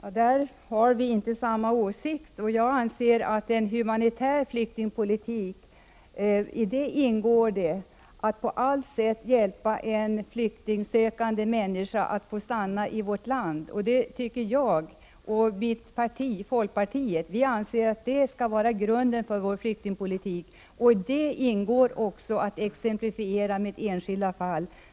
Herr talman! På den punkten har vi inte samma åsikt. Jag anser att det i en humanitär flyktingpolitik ingår att på allt sätt hjälpa en flykting som ansöker om att få stanna i vårt land att också få göra det. Jag och mitt parti anser att det skall vara grunden för vår flyktingpolitik. I detta ingår också att exemplifiera med enskilda fall.